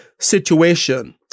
situation